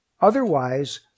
Otherwise